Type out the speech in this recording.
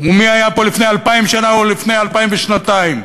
ומי היה פה לפני 2,000 שנה או לפני 2,002 שנה,